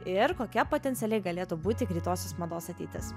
ir kokia potencialiai galėtų būti greitosios mados ateitis